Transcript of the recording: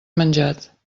menjat